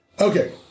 Okay